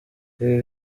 ibi